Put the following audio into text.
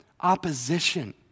opposition